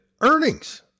earnings